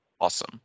Awesome